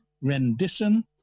rendition